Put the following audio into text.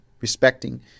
respecting